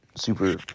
super